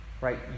Right